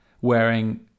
wearing